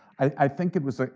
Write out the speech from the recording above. i think it was,